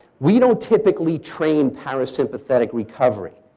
we don't typically train parasympathetic recovery.